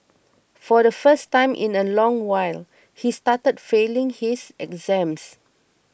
for the first time in a long while he started failing his exams